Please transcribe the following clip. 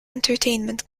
entertainment